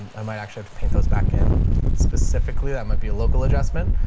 i might actually have to paint those back in specifically. that might be a local adjustment,